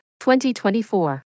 2024